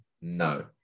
no